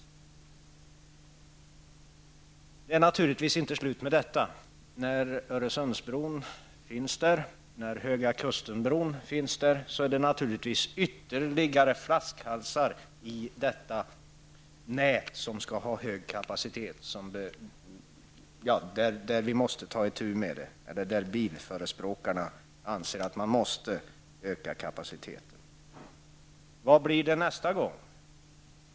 Det är naturligtvis inte slut med detta. När Öresundsbron finns där och när Höga kusten-bron finns där, är det naturligtvis ytterligare flaskhalsar i detta nät som skall ha så hög kapacitet -- bilförespråkarna anser ju att man måste öka kapaciteten. Vad blir det nästa gång?